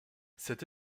cette